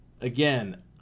Again